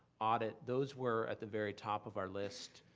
audit, those were at the very top of our list,